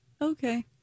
okay